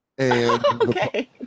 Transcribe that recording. Okay